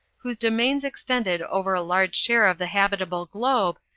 whose domains extended over a large share of the habitable globe,